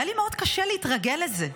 היה לי מאוד קשה להתרגל לזה.